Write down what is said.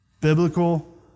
biblical